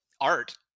art